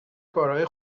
کارهای